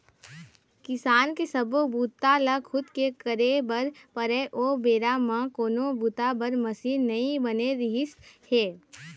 किसानी के सब्बो बूता ल खुदे करे बर परय ओ बेरा म कोनो बूता बर मसीन नइ बने रिहिस हे